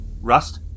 rust